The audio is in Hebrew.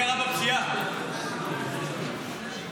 עדיף שיפסיק לעבוד, תראה מה קרה בפשיעה.